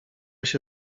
się